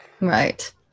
Right